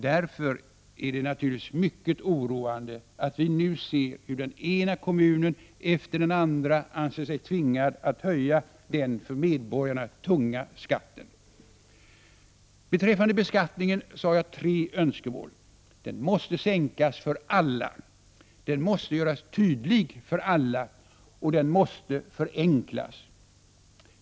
Därför är det naturligtvis mycket oroande att vi nu ser hur den ena kommunen efter den andra anser sig tvingad att höja den för medborgaren tunga skatten. Beträffande beskattningen har jag tre önskemål: Den måste sänkas för alla, den måste göras tydlig för alla och den måste förenklas.